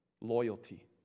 Loyalty